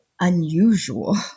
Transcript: unusual